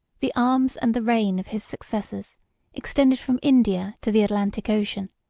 the arms and the reign of his successors extended from india to the atlantic ocean,